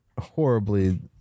horribly